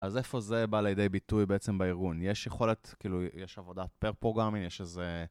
אז איפה זה בא לידי ביטוי בעצם בארגון? יש יכולת, כאילו, יש עבודת פר-פרוגרמינג, יש איזה...